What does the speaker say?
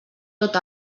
tot